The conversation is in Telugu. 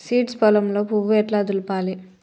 సీడ్స్ పొలంలో పువ్వు ఎట్లా దులపాలి?